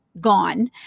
gone